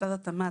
משרד התמ"ת,